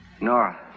Nora